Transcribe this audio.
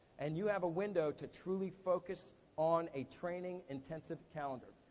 and you have a window to truly focus on a training-intensive calendar.